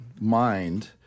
mind